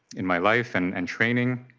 in my life and and training.